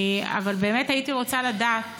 אבל באמת הייתי רוצה לדעת